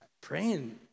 praying